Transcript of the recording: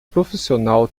profissional